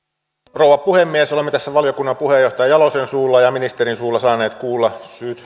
rouva puhemies olemme tässä valiokunnan puheenjohtaja jalosen suulla ja ministerin suulla saaneet kuulla syyt